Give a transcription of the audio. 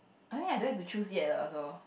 I mean I don't have to choose yet lah so